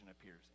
appears